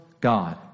God